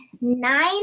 nine